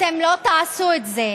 אתם לא תעשו את זה,